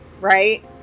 right